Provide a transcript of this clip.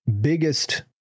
biggest